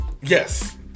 Yes